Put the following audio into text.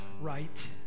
right